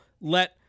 let